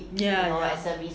ya